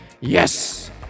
Yes